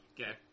Okay